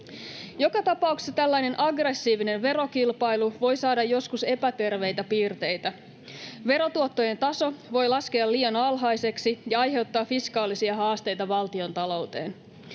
Joka tapauksessa tällainen aggressiivinen verokilpailu voi saada joskus epäterveitä piirteitä. Verotuottojen taso voi laskea liian alhaiseksi ja aiheuttaa fiskaalisia haasteita valtiontalouteen.